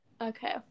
okay